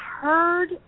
heard